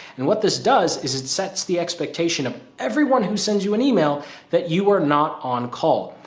and what this does is it sets the expectation of everyone who sends you an email that you are not on call.